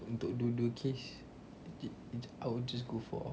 untuk dua-dua case I will just go for